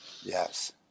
Yes